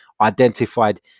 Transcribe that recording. identified